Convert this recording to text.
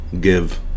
give